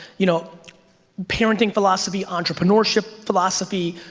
you know parenting philosophy, entrepreneurship philosophy,